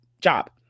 job